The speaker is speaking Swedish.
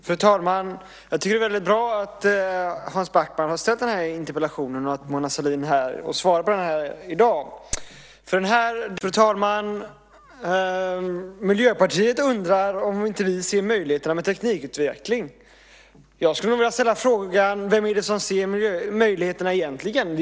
Fru talman! Miljöpartiet undrar om vi inte ser möjligheterna med teknikutveckling. Då skulle jag vilja ställa frågan: Vem är det som ser möjligheterna egentligen?